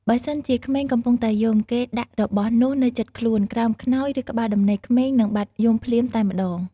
បើសិនជាក្មេងកំពុងតែយំគេដាក់របស់នោះនៅជិតខ្លួន ក្រោមខ្នើយ ឬក្បាលដំណេកក្មេងនឹងបាត់យំភ្លាមតែម្តង។